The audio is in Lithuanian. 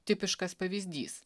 tipiškas pavyzdys